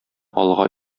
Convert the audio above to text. алга